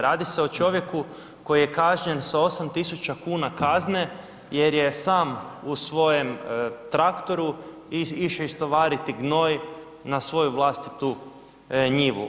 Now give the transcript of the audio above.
Radi se o čovjeku koji je kažnjen sa 8.000 kuna kazne jer je sam u svojem traktoru išao istovariti gnoj na svoju vlastiti njivu.